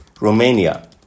Romania